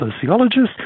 sociologist